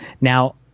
Now